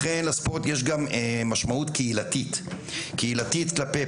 לטענת הליגה,